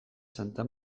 santa